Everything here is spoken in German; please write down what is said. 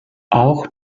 auch